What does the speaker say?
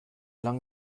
lang